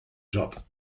job